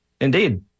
Indeed